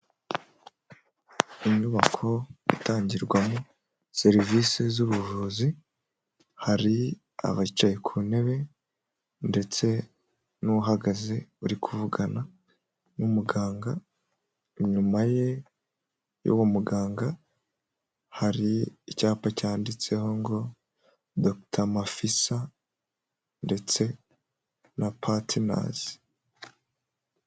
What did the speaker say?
Inyubako itangirwamo serivisi z'ubuvuzi hari abicaye ku ntebe ndetse n'uhagaze uri kuvugana n'umuganga, inyuma ye y'uwo muganga hari icyapa cyanditseho ngo Dr Mafisa ndetse na patinazi.